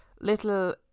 little